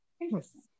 Interesting